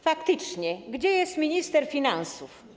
Faktycznie, gdzie jest minister finansów?